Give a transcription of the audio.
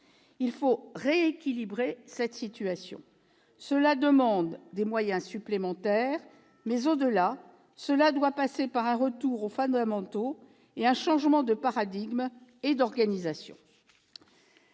Il faut rééquilibrer cette situation. Cela demande des moyens supplémentaires, mais, au-delà, il faut passer par un retour aux fondamentaux et par un changement de paradigme et d'organisation.